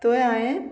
थंय हांवें